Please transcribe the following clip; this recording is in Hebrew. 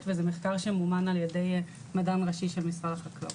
וזה מחקר שמומן על ידי המדען הראשי של משרד החקלאות.